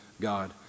God